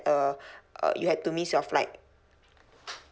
uh uh you had to miss your flight